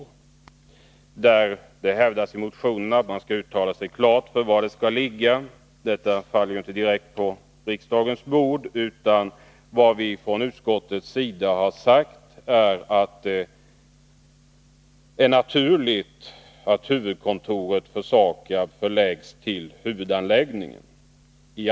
I motionen krävs att riksdagen klart skall uttala sig för var detta kontor skall ligga. Det är en fråga som inte direkt hör hemma på riksdagens bord. Vad vi från utskottets sida har sagt är att det är naturligt att SAKAB:s huvudkontor ligger i anslutning till huvudanläggningen.